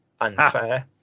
unfair